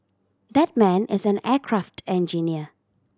that man is an aircraft engineer